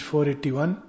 481